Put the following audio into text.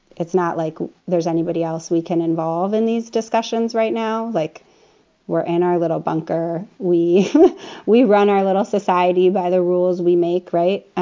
it's not like there's anybody else we can involve in these discussions right now. like we're in our little bunker. we we run our little society by the rules we make. right.